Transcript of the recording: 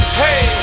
hey